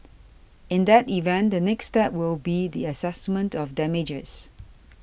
in that event the next step will be the assessment of damages